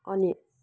अनि